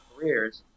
careers